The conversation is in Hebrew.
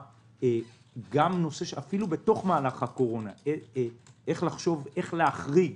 אפילו במהלך הקורונה איך להחריג